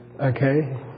okay